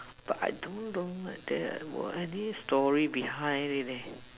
but I don't know there were any story behind it leh